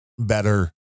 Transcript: Better